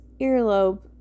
earlobe